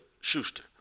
Schuster